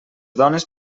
dones